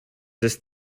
ist